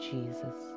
Jesus